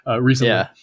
recently